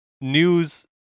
news